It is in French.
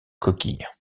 coquille